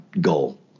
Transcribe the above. goal